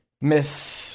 Miss